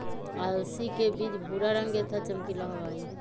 अलसी के बीज भूरा रंग के तथा चमकीला होबा हई